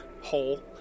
hole